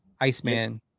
Iceman